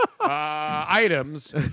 items